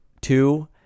two